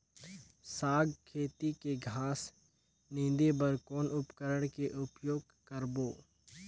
साग खेती के घास निंदे बर कौन उपकरण के उपयोग करबो?